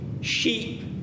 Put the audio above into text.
sheep